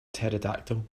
pterodactyl